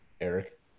Eric